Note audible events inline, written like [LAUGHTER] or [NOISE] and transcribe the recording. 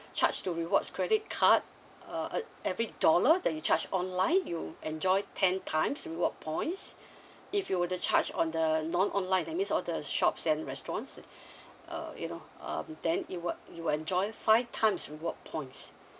charged to rewards credit card uh every dollar that you charged online you enjoy ten times reward points [BREATH] if you would to charge on the non online that means all the shops and restaurants [BREATH] uh you know um then it will you will enjoy five times reward points [BREATH]